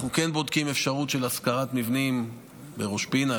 אנחנו כן בודקים אפשרות של השכרת מבנים בראש פינה,